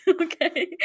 Okay